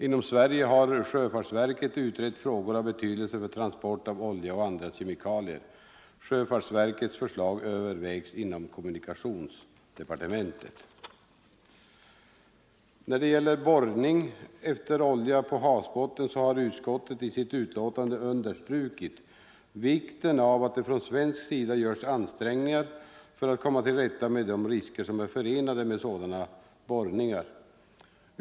Inom Sverige har sjöfartsverket utrett frågor av betydelse för transport av olja och andra kemikalier. Sjöfartsverkets förslag övervägs inom kommunikationsdepartementet. När det gäller borrning efter olja på havsbottnen har utskottet i sitt betänkande understrukit vikten av att det från svensk sida görs ansträngningar för att komma till rätta med de risker som är förenade med sådana borrningar.